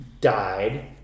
died